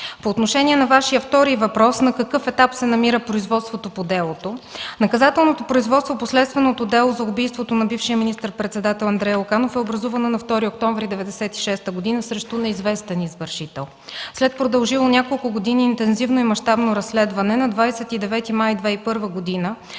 По отношение на Вашия втори въпрос – на какъв етап се намира производството по делото? Наказателното производство по следственото дело за убийството на бившия министър-председател Андрей Луканов е образувано на 2 октомври 1996 г. срещу неизвестен извършител. След продължило няколко години интензивно и мащабно разследване на 29 май 2001 г.